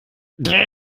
der